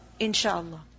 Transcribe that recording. Insha'Allah